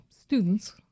students